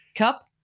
Cup